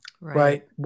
right